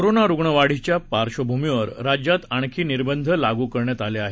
corona रुग्ण वाढीच्या पार्श्वभूमीवर राज्यात आणखी निर्बंध लागू करण्यात आले आहेत